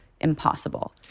impossible